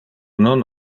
non